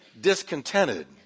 discontented